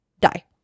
die